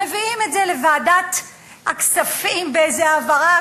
מביאים את זה לוועדת הכספים באיזה העברה,